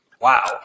Wow